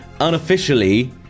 unofficially